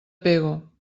pego